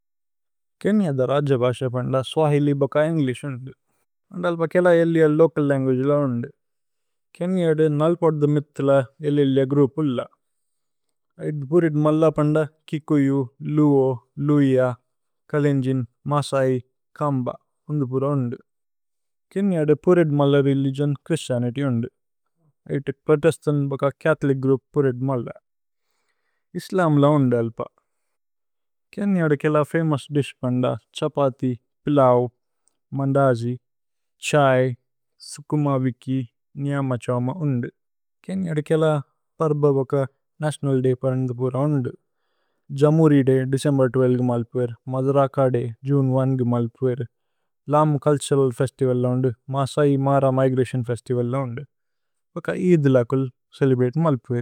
കേന്യദ രജബശ പന്ദ സ്വഹിലി ബക ഏന്ഗ്ലിശ് ഉന്ദു। ഓന്ദ് അല്പ കേല ഏല്ലിഅ ലോചല് ലന്ഗുഅഗേ ല ഉന്ദു। കേന്യദ നല്പദ്ദു മിഥ്ല ഏല്ലിഅ ഏല്ലിഅ ഗ്രൂപ് ഉല്ല। ഐത പുരേദ്മല്ല പന്ദ Kikuyu, Luo, Luhya, Kalenjin, Maasai, Kamba ഉന്ദു പുര ഉന്ദു। കേന്യദ പുരേദ്മല്ല രേലിഗിഓന് ഛ്ഹ്രിസ്തിഅനിത്യ് ഉന്ദു। ഐത പ്രോതേസ്തന് ബക ഛഥോലിച് ഗ്രോഉപ് പുരേദ്മല്ല। ഇസ്ലമ് ല ഉന്ദു അല്പ। കേന്യദ കേല ഫമോഉസ് ദിശ് പന്ദ ഛ്ഹപഥി, പിലൌ, മന്ദജി, ഛ്ഹൈ, സുകുമവികി, ന്യമഛമ ഉന്ദു। കേന്യദ കേല പര്ബ ബക നതിഓനല് ദയ് പരന്ദ പുര ഉന്ദു। ജമുരി ദയ് ദേചേമ്ബേര് പത്ത് രണ്ട് ഗമ അല്പു ഏരു। മദുരക ദയ് ജുനേ ഒന്ന് ഗമ അല്പു ഏരു। ലമ് ചുല്തുരല് ഫേസ്തിവല് ല ഉന്ദു। മസൈ മര മിഗ്രതിഓന് ഫേസ്തിവല് ല ഉന്ദു। ഭക ഏഇദ് ലകുല് ചേലേബ്രതേ ഗമ അല്പു ഏരു।